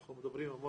אנחנו מדברים על